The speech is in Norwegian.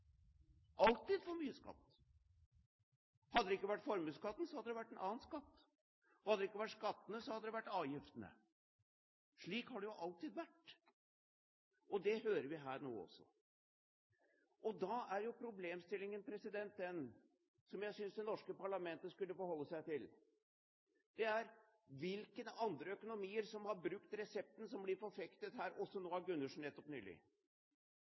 alltid for mye skatt. Hadde det ikke vært formuesskatten, hadde det vært en annen skatt. Og hadde det ikke vært skattene, hadde det vært avgiftene. Slik har det alltid vært, og det hører vi her nå også. Da er problemstillingen den, som jeg synes det norske parlamentet skulle forholde seg til: Hvilke andre økonomier som har brukt resepten som blir forfektet her, nå nettopp også av Gundersen,